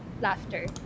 laughter